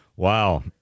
Wow